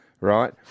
right